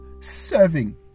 serving